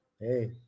hey